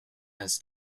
has